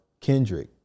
Kendrick